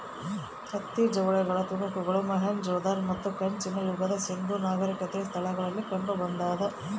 ಹತ್ತಿ ಜವಳಿಗಳ ತುಣುಕುಗಳು ಮೊಹೆಂಜೊದಾರೋ ಮತ್ತು ಕಂಚಿನ ಯುಗದ ಸಿಂಧೂ ನಾಗರಿಕತೆ ಸ್ಥಳಗಳಲ್ಲಿ ಕಂಡುಬಂದಾದ